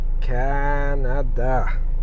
Canada